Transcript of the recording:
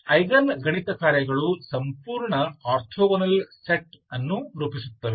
eigen ಗಣಿತಕಾರ್ಯಗಳು ಸಂಪೂರ್ಣ orthogonal set ಅನ್ನು ರೂಪಿಸುತ್ತವೆ